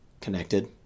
connected